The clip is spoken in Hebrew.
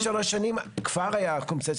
מה שהיה לפני שלוש שנים, כבר היה קונספציה.